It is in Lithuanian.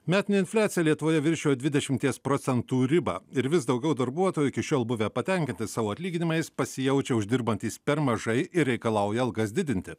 metinė infliacija lietuvoje viršijo dvidešimties procentų ribą ir vis daugiau darbuotojų iki šiol buvę patenkinti savo atlyginimais pasijaučia uždirbantys per mažai ir reikalauja algas didinti